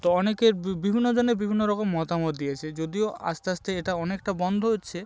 তো অনেকের বিভিন্নজনে বিভিন্ন রকম মতামত দিয়েছে যদিও আস্তে আস্তে এটা অনেকটা বন্ধ হচ্ছে